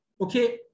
okay